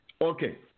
Okay